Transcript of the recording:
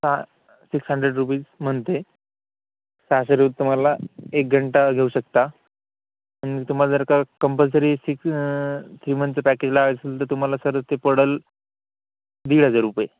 सा six hundred rupees month आहे सहाशे रोज तुम्हाला एक घंटा घेऊ शकता आणि तुम्हाला जर का कंपल्सरी सिक्स थ्री मंथचं पॅकेज लावायचं असेल तर तुम्हाला सर ते पडेल दीड हजार रुपये